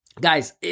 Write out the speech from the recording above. guys